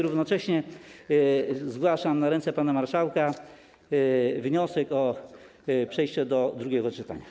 Równocześnie składam na ręce pana marszałka wniosek o przejście do drugiego czytania.